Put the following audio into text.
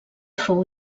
fou